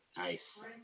Nice